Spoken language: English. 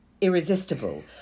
irresistible